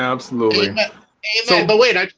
absolutely don't believe it.